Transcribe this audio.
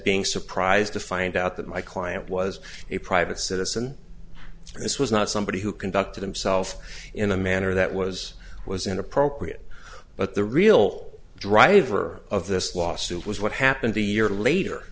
being surprised to find out that my client was a private citizen this was not somebody who conducted himself in a manner that was was inappropriate but the real driver of this lawsuit was what happened a year later